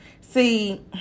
See